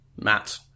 Matt